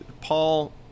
Paul